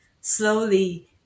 slowly